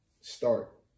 start